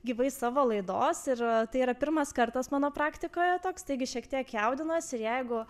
gyvai savo laidos ir tai yra pirmas kartas mano praktikoje toks taigi šiek tiek jaudinuos ir jeigu